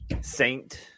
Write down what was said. Saint